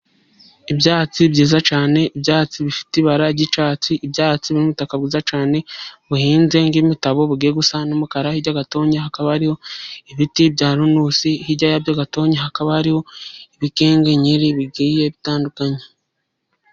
Ibyatsi byiza cyane ibyatsi bifite ibara ry'icatsi, ibyatsi biri mu butaka bwiza cyane, buhinze nk' imitabo bugiye gusa n'umukara hirya gatonya hakaba hariho ibiti bya runusi, hirya yabyo gatoya hakaba hariho ibikenyeri bigiye bitandukanye.